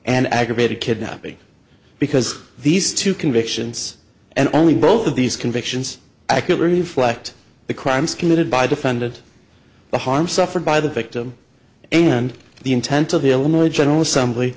and aggravated kidnapping because these two convictions and only both of these convictions accurately reflect the crimes committed by defendant the harm suffered by the victim and the intent of the illinois general assembly